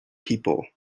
people